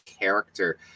character